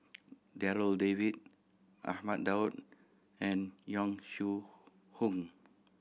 Darryl David Ahmad Daud and Yong Shu Hoong